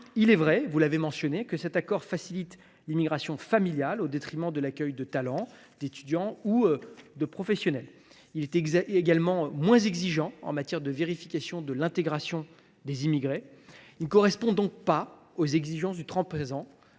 messieurs les sénateurs, que cet accord facilite l’immigration familiale au détriment de l’accueil de talents, d’étudiants ou de professionnels. Il est également moins exigeant que le droit commun en matière de vérification de l’intégration des immigrés. Il ne correspond donc ni aux exigences du temps présent